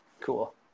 cool